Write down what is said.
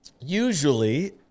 usually